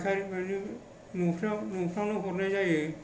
फायखारि बिदिनो न'फ्रावबो हरनाय जायो